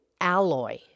alloy